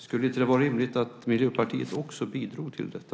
Skulle det inte vara rimligt om Miljöpartiet också bidrog till detta?